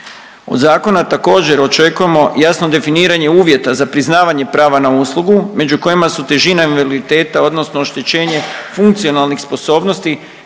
Od zakona također, očekujemo jasno definiranje uvjeta za priznavanje prava na uslugu, među kojima su težina invaliditeta odnosno oštećenje funkcionalnih sposobnosti